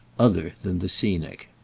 other than the scenic.